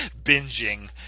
Binging